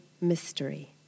mystery